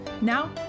Now